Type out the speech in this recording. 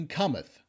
cometh